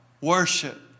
Worship